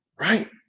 right